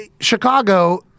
Chicago